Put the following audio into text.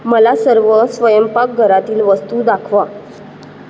मला सर्व स्वयंपाकघरातील वस्तू दाखवा